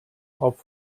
auf